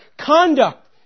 conduct